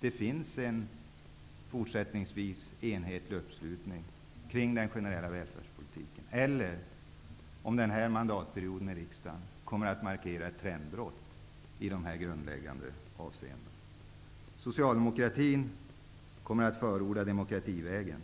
det finns en fortsättningsvis enhetlig uppslutning kring den generella välfärdspolitiken, eller om den här mandatperioden i riksdagen kommer att markera ett trendbrott i dessa grundläggande avseenden. Socialdemokratin kommer att förorda demokrativägen.